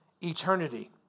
eternity